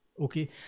okay